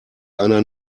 einer